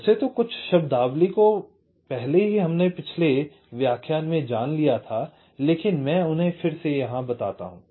वैसे तो कुछ शब्दावली को पहले ही हमने पिछले व्याख्यान में जान लिया था लेकिन मैं उन्हें फिर से बताता हूं